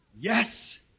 Yes